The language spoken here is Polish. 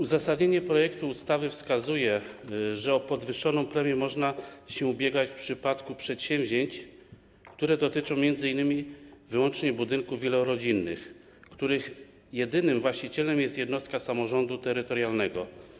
Uzasadnienie projektu ustawy wskazuje, że o podwyższoną premię można się ubiegać w przypadku przedsięwzięć, które dotyczą m.in. wyłącznie budynków wielorodzinnych, których jedynym właścicielem jest jednostka samorządu terytorialnego.